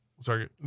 sorry